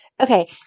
Okay